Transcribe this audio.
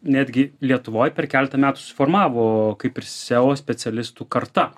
netgi lietuvoj per keletą metų formavo kaip ir seo specialistų karta